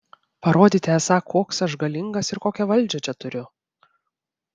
parodyti esą koks aš galingas ir kokią valdžią čia turiu